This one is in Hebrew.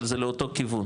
אבל זה אותו כיוון.